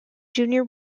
junior